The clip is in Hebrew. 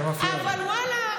אבל ואללה,